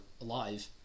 alive